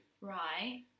Right